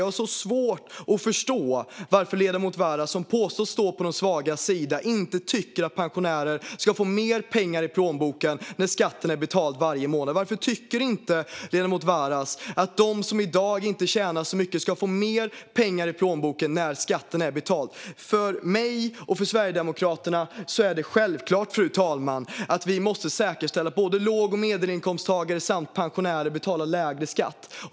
Jag har svårt att förstå varför ledamoten Varas, som påstås stå på de svagas sida, inte tycker att pensionärer ska få mer pengar i plånboken när skatten är betald varje månad. Varför tycker inte ledamoten Varas att de som i dag inte tjänar så mycket ska få mer pengar i plånboken när skatten är betald? För mig och för Sverigedemokraterna är det självklart, fru talman, att vi måste säkerställa att låg och medelinkomsttagare samt pensionärer betalar lägre skatt.